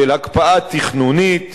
של הקפאה תכנונית,